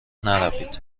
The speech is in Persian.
نروید